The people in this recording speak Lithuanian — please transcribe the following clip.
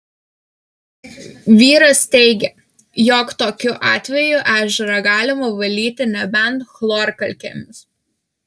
vyras teigė jog tokiu atveju ežerą galima valyti nebent chlorkalkėmis